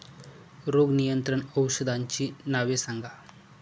रोग नियंत्रण औषधांची नावे सांगा?